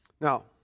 Now